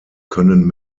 können